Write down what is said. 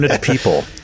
people